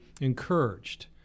encouraged